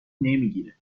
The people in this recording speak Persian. نمیگیره